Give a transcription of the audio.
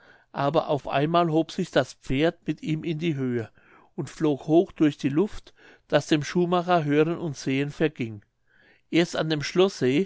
aber auf einmal hob sich das pferd mit ihm in die höhe und flog hoch durch die luft daß dem schuhmacher hören und sehen verging erst an dem schloßsee